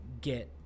get